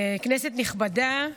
כנסת נכבדה,